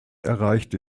erreicht